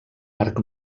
arc